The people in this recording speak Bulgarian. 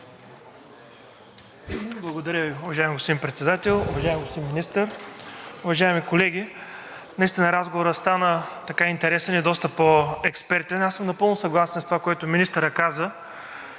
Благодаря, уважаеми господин Председател. Уважаеми господин Министър, уважаеми колеги! Наистина разговорът стана интересен и доста по-експертен. Аз съм напълно съгласен с това, което министърът каза